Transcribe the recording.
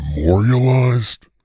memorialized